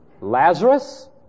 Lazarus